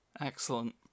Excellent